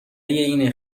این